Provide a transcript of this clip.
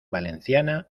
valenciana